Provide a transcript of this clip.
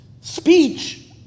Speech